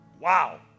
Wow